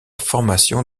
formation